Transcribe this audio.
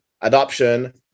adoption